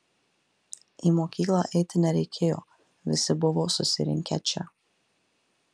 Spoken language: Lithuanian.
į mokyklą eiti nereikėjo visi buvo susirinkę čia